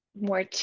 more